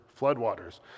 floodwaters